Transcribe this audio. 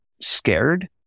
scared